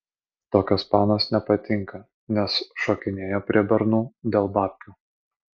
tokios panos nepatinka nes šokinėja prie bernų dėl babkių